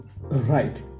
Right